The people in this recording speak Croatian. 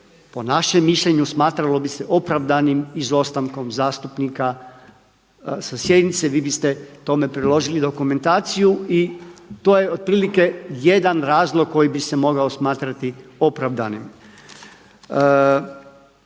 po našem mišljenju smatralo bi se opravdanim izostankom zastupnika sa sjednice, vi biste tome priložili dokumentaciju i to je otprilike jedan razlog koji bi se mogao smatrati opravdanim.